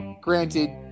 granted